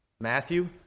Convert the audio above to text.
Matthew